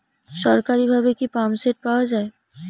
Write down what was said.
সরকারিভাবে কি পাম্পসেট পাওয়া যায়?